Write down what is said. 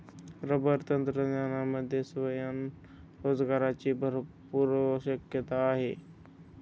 rubber तंत्रज्ञानामध्ये स्वयंरोजगाराची भरपूर शक्यता आहे